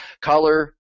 color